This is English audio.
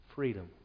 freedom